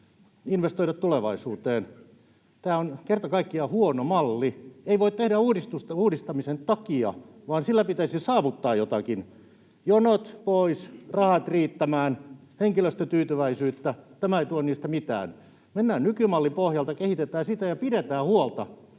Lindtman: Höpö höpö!] Tämä on kerta kaikkiaan huono malli. Ei voi tehdä uudistusta uudistamisen takia, vaan sillä pitäisi saavuttaa jotakin: jonot pois, rahat riittämään, henkilöstötyytyväisyyttä. Tämä ei tuo niistä mitään. Mennään nykymallin pohjalta, kehitetään sitä ja pidetään huolta,